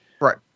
right